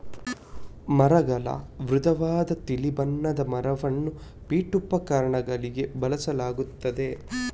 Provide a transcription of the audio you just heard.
ಮರಗಳ ಮೃದುವಾದ ತಿಳಿ ಬಣ್ಣದ ಮರವನ್ನು ಪೀಠೋಪಕರಣಗಳಿಗೆ ಬಳಸಲಾಗುತ್ತದೆ